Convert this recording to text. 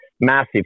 massive